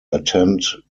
attend